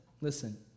Listen